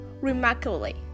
remarkably